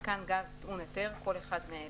"מיתקן גז טעון היתר" כל אחד מאלה: